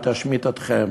היא תשמט אתכם",